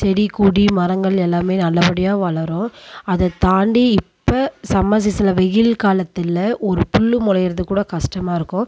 செடி கொடி மரங்கள் எல்லாமே நல்லப்படியாக வளரும் அதைத் தாண்டி இப்போ சம்மர் சீசனில் வெயில் காலத்தில் ஒரு புல் முளையுறது கூட கஷ்டமா இருக்கும்